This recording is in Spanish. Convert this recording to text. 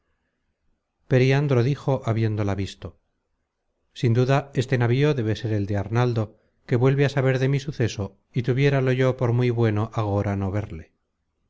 periandro dijo habiéndola visto sin duda este navío debe ser el de arnaldo que vuelve á saber de mi suceso y tuviéralo yo por muy bueno agora no verle